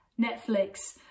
Netflix